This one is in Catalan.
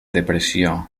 depressió